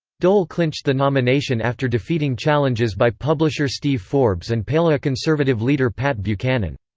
dole clinched the nomination after defeating challenges by publisher steve forbes and paleoconservative leader pat buchanan.